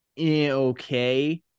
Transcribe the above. okay